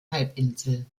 halbinsel